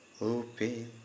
open